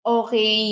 okay